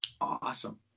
Awesome